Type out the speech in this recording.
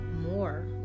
more